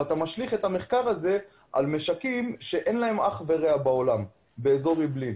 ואתה משליך את המחקר הזה על משקים שאין להם אח ורע בעולם באזור אעבלין.